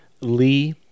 lee